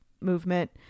movement